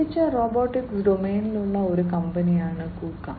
ബന്ധിപ്പിച്ച റോബോട്ടിക്സ് ഡൊമെയ്നിലുള്ള ഒരു കമ്പനിയാണ് KUKA